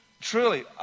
Truly